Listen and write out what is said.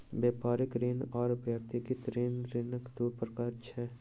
व्यापारिक ऋण आर व्यक्तिगत ऋण, ऋणक दू प्रकार अछि